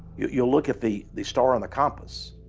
you look at the the star on the compass,